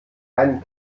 kein